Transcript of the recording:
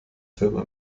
firma